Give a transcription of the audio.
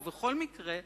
ובכל מקרה,